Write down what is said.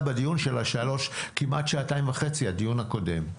בדיון של כמעט שלוש השעות של הדיון הקודם.